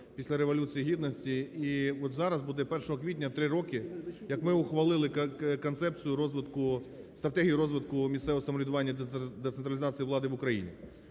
після Революції Гідності. І от зараз буде 1 квітня три роки, як ми ухвалили концепцію… стратегію розвитку місцевого самоврядування, децентралізації влади в Україні.